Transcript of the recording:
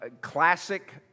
Classic